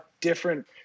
different